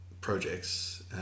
projects